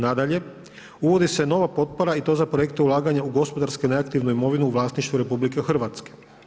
Nadalje, uvodi se nova potpora i to za projekte ulaganja u gospodarski neaktivnu imovinu u vlasništvu Republike Hrvatske.